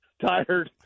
Tired